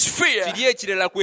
fear